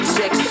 six